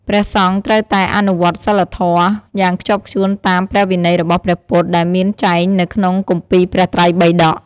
ព្រះសង្ឃត្រូវតែ អនុវត្តសីលធម៌ យ៉ាងខ្ជាប់ខ្ជួនតាម ព្រះវិន័យរបស់ព្រះពុទ្ធ ដែលមានចែងនៅក្នុងគម្ពីរព្រះត្រៃបិដក។